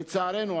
לצערנו,